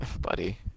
buddy